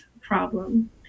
problem